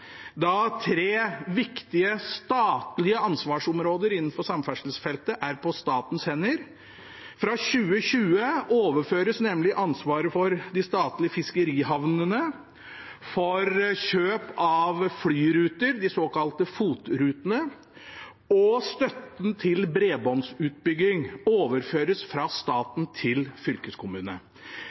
tre viktige statlige ansvarsområder innenfor samferdselsfeltet er på statens hender. Fra 2020 overføres nemlig ansvaret for de statlige fiskerihavnene og for kjøp av flyruter, de såkalte FOT-rutene, og støtten til bredbåndsutbygging fra staten til fylkeskommunene.